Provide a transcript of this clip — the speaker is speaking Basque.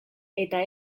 eta